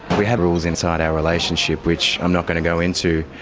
we have rules inside our relationship, which i'm not going to go into,